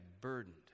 burdened